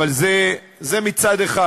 זה מצד אחד.